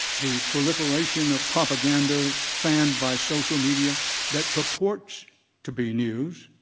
the proliferation of propaganda fanned by social media that purports to be news,